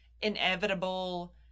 inevitable